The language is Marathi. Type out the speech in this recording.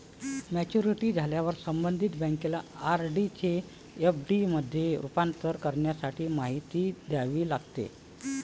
मॅच्युरिटी झाल्यावर संबंधित बँकेला आर.डी चे एफ.डी मध्ये रूपांतर करण्यासाठी माहिती द्यावी लागते